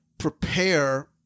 prepare